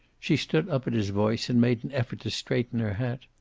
she stood up at his voice and made an effort to straighten her hat.